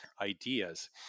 ideas